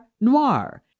noir